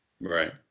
Right